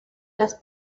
las